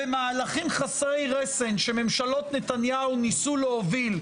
במהלכים חסרי רסן שממשלות נתניהו ניסו להוביל,